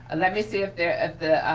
let me see if the